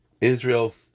Israel